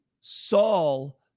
Saul